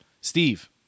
Steve